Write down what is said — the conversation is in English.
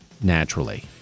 naturally